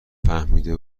فهمیده